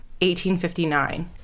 1859